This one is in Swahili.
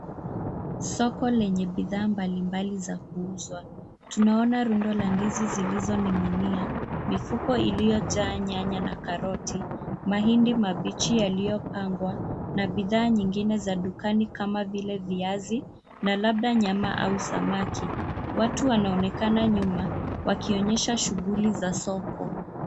Soko lenye bidhaa mbalimbali za kuuza. Tunaona rundo la ndizi zilizoning'inia, mifuko iliyojaa nyanya na karoti, mahindi mabichi yaliyopangwa na bidhaa nyingine za dukani kama vile viazi na labda nyama au samaki. Watu wanaonekana nyuma wakionyesha shughuli za soko.